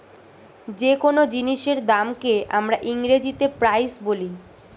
যে কোন জিনিসের দামকে আমরা ইংরেজিতে প্রাইস বলি